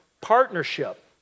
partnership